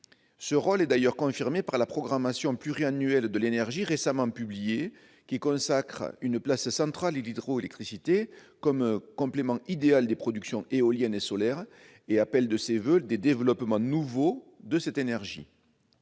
Ce rôle est d'ailleurs confirmé par la programmation pluriannuelle de l'énergie, récemment publiée, et qui consacre une place centrale à l'hydroélectricité comme complément idéal des productions éoliennes et solaires, et appelle de ses voeux des développements nouveaux de cette énergie.